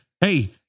hey